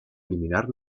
eliminar